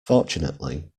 fortunately